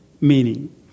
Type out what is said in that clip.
meaning